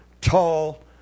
tall